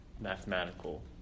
mathematical